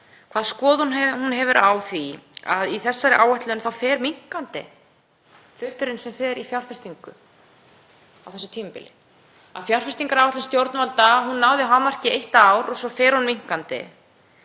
hvaða skoðun hún hefur á því að í þessari áætlun þá fer minnkandi hluturinn sem fer í fjárfestingu á þessu tímabili. Fjárfestingaráætlun stjórnvalda náði hámarki í eitt ár og svo fer hún minnkandi.